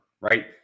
right